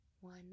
one